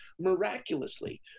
miraculously